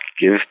give